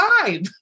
five